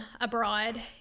abroad